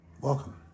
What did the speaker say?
Welcome